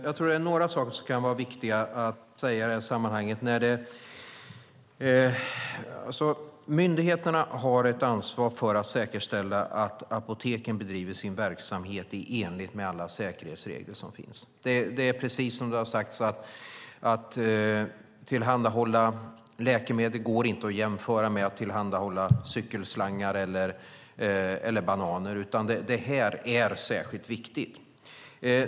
Fru talman! Det är några saker som kan vara viktiga att säga i detta sammanhang. Myndigheterna har ett ansvar för att säkerställa att apoteken bedriver sin verksamhet i enlighet med alla säkerhetsregler som finns. Att tillhandahålla läkemedel går inte att jämföra med att tillhandahålla cykelslangar eller bananer, utan det är särskilt viktigt.